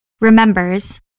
remembers